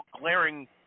glaring